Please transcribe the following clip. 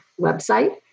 website